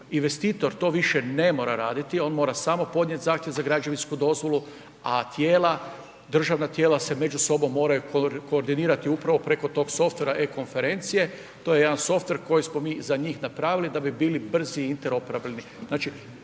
investitor to više ne mora raditi, on mora samo podnijet zahtjev za građevinsku dozvolu a tijela, državna tijela se među sobom moraju koordinirati upravo preko tog softvera e-konferencije, to je jedan softver koji smo mi za njih napravili da bi bili brzi i interoperabilni.